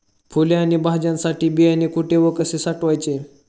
फुले आणि भाज्यांसाठी बियाणे कुठे व कसे साठवायचे?